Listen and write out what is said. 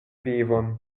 vivon